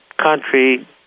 country